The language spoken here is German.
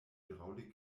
hydraulik